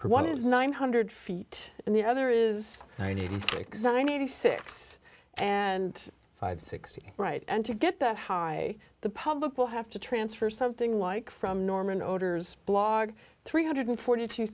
one is nine hundred feet and the other is ninety six ninety six and five sixty right and to get that high the public will have to transfer something like from norman orders blog three hundred forty two